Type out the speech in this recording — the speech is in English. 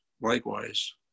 likewise